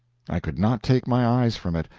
i could not take my eyes from it,